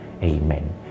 Amen